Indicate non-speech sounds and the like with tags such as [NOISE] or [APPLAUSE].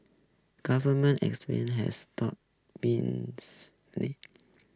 government explain has stop been [UNINTELLIGIBLE]